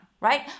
right